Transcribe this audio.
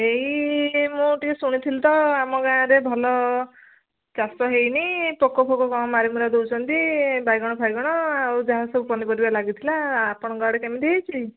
ଏଇ ମୁଁ ଟିକେ ଶୁଣିଥିଲି ତ ଆମ ଗାଁରେ ଭଲ ଚାଷ ହେଇନି ପୋକଫୋକ କଣ ମାରିମୁରା ଦେଉଛନ୍ତି ବାଇଗଣଫାଇଗଣ ଆଉ ଯାହାସବୁ ପନିପରିବା ଲାଗିଥିଲା ଆପଣଙ୍କ ଆଡ଼େ କେମିତି ହେଇଛି